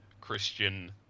Christian